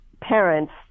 parents